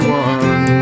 one